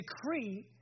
decree